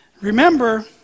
Remember